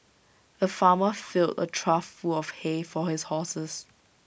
the farmer filled A trough full of hay for his horses